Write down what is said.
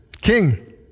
King